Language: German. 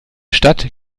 stadt